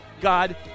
God